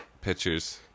Pictures